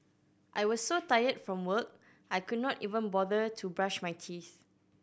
I was so tired from work I could not even bother to brush my teeth